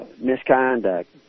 misconduct